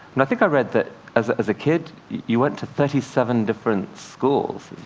and i think i read that as as a kid you went to thirty seven different schools.